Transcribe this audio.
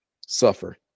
suffer